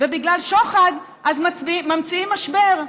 ובגלל שוחד, אז ממציאים משבר.